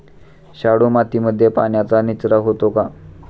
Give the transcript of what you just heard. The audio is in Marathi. शाडू मातीमध्ये पाण्याचा निचरा होतो का?